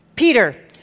Peter